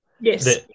Yes